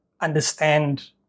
understand